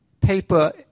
paper